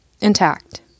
intact